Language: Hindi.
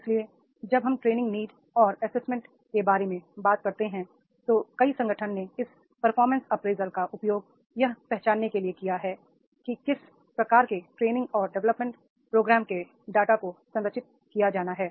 इसलिए जब हम ट्रे निंग नीड और एसेसमेंट्स के बारे में बात करते हैं तो कई संगठन ने इन परफॉर्मेंस अप्रेजल का उपयोग यह पहचानने के लिए किया है कि किस प्रकार के ट्रे निंग और डेवलपमेंट प्रोग्राम्स के डेटा को संरचित किया जाना है